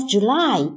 July